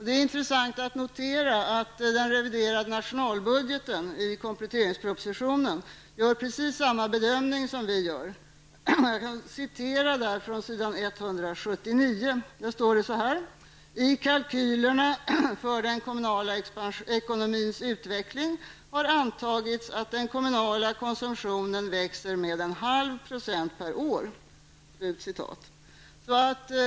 Det är intressant att notera att den reviderade nationalbudgeten gör precis samma bedömning som folkpartiet liberalerna. Jag citerar från s. 179: ''I kalkylerna för den kommunala ekonomins utveckling har antagits att den kommunala konsumtionen växer med 1/2 % per år.''